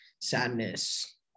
sadness